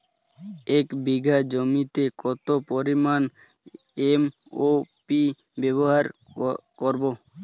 এক বিঘা জমিতে কত পরিমান এম.ও.পি ব্যবহার করব?